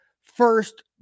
first